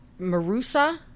Marusa